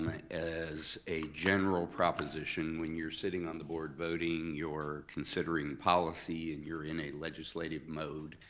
as a general proposition, when you're sitting on the board voting, you're considering policy and you're in a legislative mode.